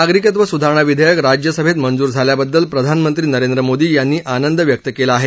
नागरिकत्व सुधारणा विधेयक राज्यसभेत मंज्र झाल्याबददल प्रधानमंत्री नरेंद्र मोदी यांनी आनंद व्यक्त केला आहे